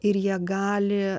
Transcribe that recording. ir jie gali